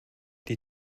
die